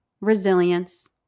resilience